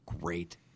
great